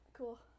Cool